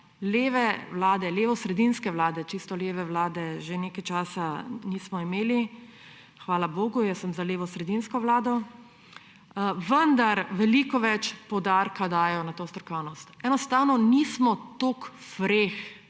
leve vlade, levosredinske vlade – čisto leve vlade že nekaj časa nismo imeli, hvala bogu, jaz sem za levosredinsko vlado – vendar veliko več poudarka dajo na strokovnost. Enostavno nismo toliko freh,